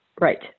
right